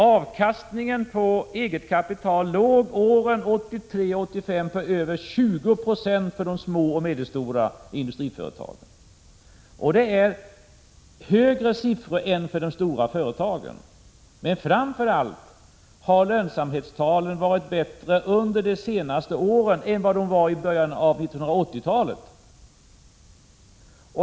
Avkastningen på eget kapital låg åren 1983-1985 på över 20 90 för de små och medelstora industriföretagen. Det är högre siffror än för de stora företagen. Men framför allt har lönsamhetstalen varit bättre under de senaste åren än vad de var i början av 1980-talet.